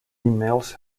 males